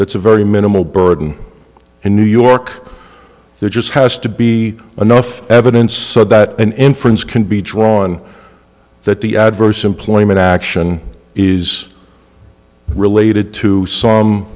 that's a very minimal burden in new york there just has to be enough evidence so that an inference can be drawn that the adverse employment action is related to some